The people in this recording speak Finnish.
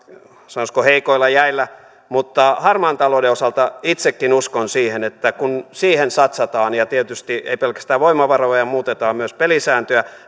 sanoisiko heikoilla jäillä mutta harmaan talouden osalta itsekin uskon siihen että kun siihen satsataan ja tietysti ei pelkästään voimavaroja muutetaan myös pelisääntöjä